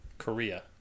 Korea